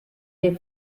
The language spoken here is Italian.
dei